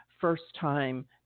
first-time